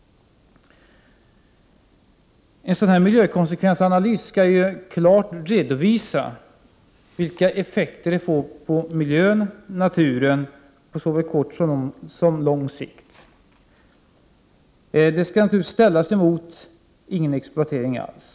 En sådan miljökonsekvensanalys skall klart redovisa vilka effekter det blir på miljön och naturen på såväl kort som lång sikt. Analysen skall naturligtvis ställas mot ingen exploatering alls.